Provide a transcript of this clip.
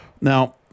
Now